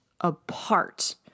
apart